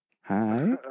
Hi